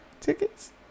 tickets